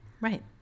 right